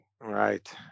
Right